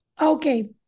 Okay